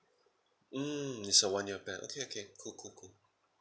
mm it's a one year plan okay okay cool cool cool